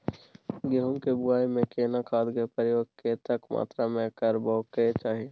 गेहूं के बुआई में केना खाद के प्रयोग कतेक मात्रा में करबैक चाही?